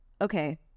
okay